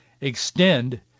extend